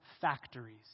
factories